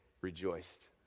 rejoiced